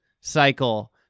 cycle